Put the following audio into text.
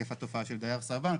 היקף התופעה של דייר סרבן,